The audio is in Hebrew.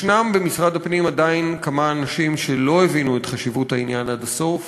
במשרד הפנים עדיין ישנם כמה אנשים שלא הבינו את חשיבות העניין עד הסוף,